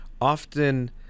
often